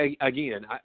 again